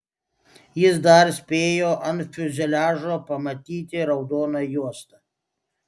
jis dar spėjo ant fiuzeliažo pamatyti raudoną juostą